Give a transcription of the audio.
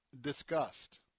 discussed